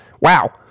Wow